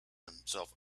himself